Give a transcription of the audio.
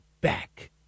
back